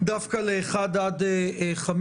דווקא ל-1 עד 5?